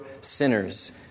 sinners